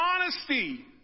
honesty